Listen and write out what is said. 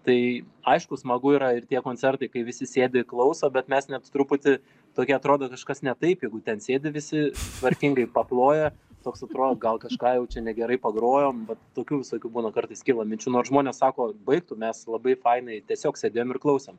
tai aišku smagu yra ir tie koncertai kai visi sėdi klauso bet mes net truputį tokie atrodo kažkas ne taip jeigu ten sėdi visi tvarkingai paploja toks atro gal kažką jau čia negerai pagrojom vat tokių visokių būna kartais kyla minčių nors žmonės sako baik tu mes labai fainai tiesiog sėdėjom ir klausėm